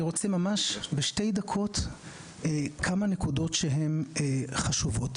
אני רוצה ממש בשתי דקות כמה נקודות שהן חשובות.